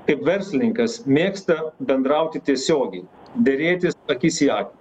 kaip verslininkas mėgsta bendrauti tiesiogiai derėtis akis į akį